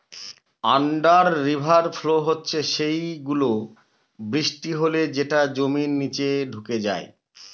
under river flow হচ্ছে সেই গুলো, বৃষ্টি হলে যেটা জমির নিচে ঢুকে যায়